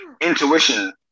intuition